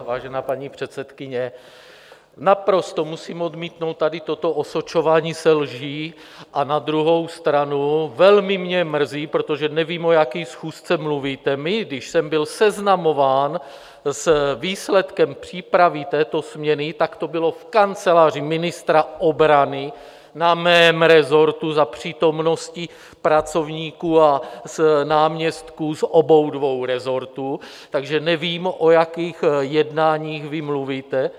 Vážená paní předsedkyně, naprosto musím odmítnout tady toto osočování ze lží a na druhou stranu velmi mě mrzí, protože nevím, o jaké schůzce mluvíte, když jsem byl seznamován s výsledkem přípravy této směny, tak to bylo v kanceláři ministra obrany, na mém resortu za přítomnosti pracovníků a náměstků z obou dvou resortů, takže nevím, o jakých jednáních vy mluvíte.